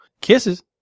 Kisses